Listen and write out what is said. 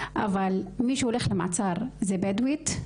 אבל מי שהולך למעצר זה בדואית,